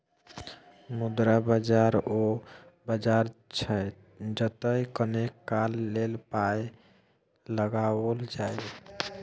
मुद्रा बाजार ओ बाजार छै जतय कनेक काल लेल पाय लगाओल जाय